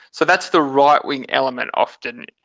so that's the right-wing element often.